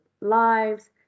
lives